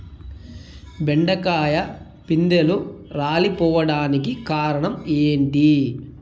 బెండకాయ పిందెలు రాలిపోవడానికి కారణం ఏంటి?